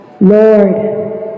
Lord